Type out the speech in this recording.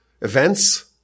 events